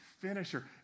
finisher